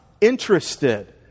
interested